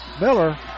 Miller